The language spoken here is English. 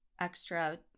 extra